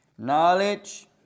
Knowledge